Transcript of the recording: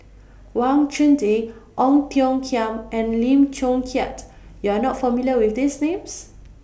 Wang Chunde Ong Tiong Khiam and Lim Chong Keat YOU Are not familiar with These Names